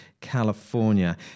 California